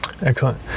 Excellent